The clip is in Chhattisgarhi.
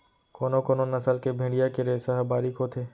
कोनो कोनो नसल के भेड़िया के रेसा ह बारीक होथे